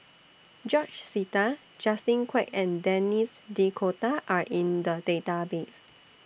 George Sita Justin Quek and Denis D'Cotta Are in The Database